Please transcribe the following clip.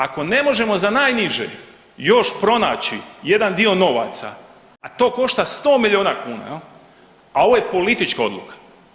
Ako ne možemo za najniže još pronaći jedan dio novaca, a to košta 100 milijuna kuna jel, a ovo je politička odluka.